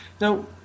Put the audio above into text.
Now